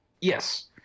Yes